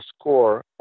score